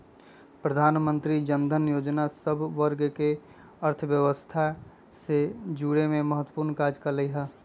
प्रधानमंत्री जनधन जोजना सभ वर्गके अर्थव्यवस्था से जुरेमें महत्वपूर्ण काज कल्कइ ह